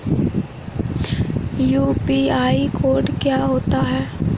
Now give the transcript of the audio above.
UPI code क्या होता है?